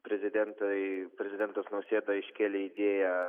prezidentai prezidentas nausėda iškėlė idėją